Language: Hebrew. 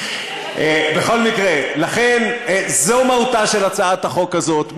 בכל מקרה, זו מהותה של הצעת החוק הזאת.